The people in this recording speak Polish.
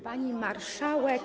Pani Marszałek!